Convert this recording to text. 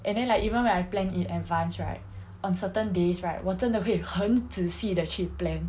and then like even when I plan in advance right on certain days right 我真的会很仔细的去 plan